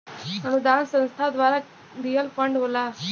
अनुदान संस्था द्वारा दिहल फण्ड होला